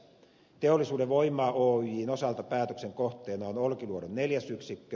teollisuuden voima oyjn osalta päätöksen kohteena on olkiluodon neljäs yksikkö